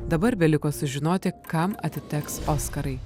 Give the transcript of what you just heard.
dabar beliko sužinoti kam atiteks oskarai